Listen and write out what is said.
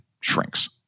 shrinks